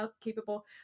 capable